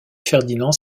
ferdinand